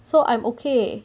so I'm okay